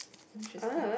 interesting